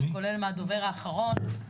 כולל מהדובר האחרון,